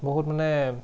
বহুত মানে